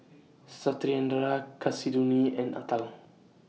Satyendra Kasinadhuni and Atal